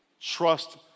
trust